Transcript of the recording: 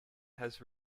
has